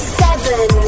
seven